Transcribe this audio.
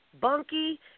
Bunky